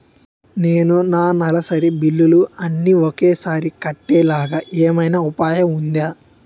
నేను నా నెలసరి బిల్లులు అన్ని ఒకేసారి కట్టేలాగా ఏమైనా ఉపాయం ఉందా?